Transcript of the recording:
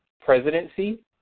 presidency